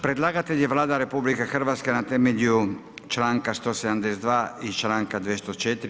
Predlagatelj je Vlada RH na temelju članka 172. i članka 204.